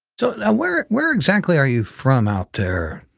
so ah where where exactly are you from out there?